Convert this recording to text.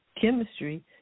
chemistry